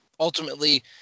Ultimately